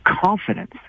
confidence